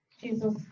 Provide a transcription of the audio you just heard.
Jesus